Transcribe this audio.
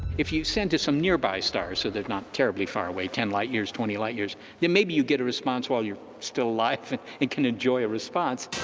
if you send to some nearby stars so they're not terribly far away ten light years twenty light years then maybe you get a response while you're still life and it can enjoy a response